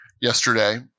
yesterday